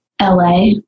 LA